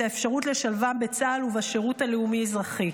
האפשרות לשלבם בצה"ל ובשירות הלאומי-אזרחי.